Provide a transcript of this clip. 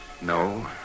No